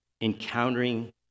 encountering